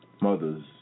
mothers